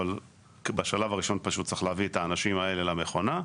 אבל בשלב הראשון פשוט צריך להביא את האנשים האלה למכונה.